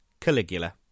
Caligula